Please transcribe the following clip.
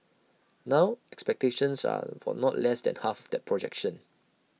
now expectations are for not less than half that projection